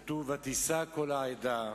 כתוב: ותישא כל העדה,